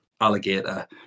alligator